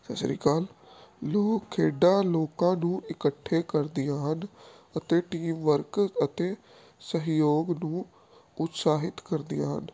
ਸਤਿ ਸ਼੍ਰੀ ਅਕਾਲ ਲੋਕ ਖੇਡਾਂ ਲੋਕਾਂ ਨੂੰ ਇਕੱਠੇ ਕਰਦੀਆਂ ਹਨ ਅਤੇ ਟੀਮ ਵਰਕ ਅਤੇ ਸਹਿਯੋਗ ਨੂੰ ਉਤਸ਼ਾਹਿਤ ਕਰਦੀਆਂ ਹਨ